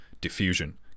diffusion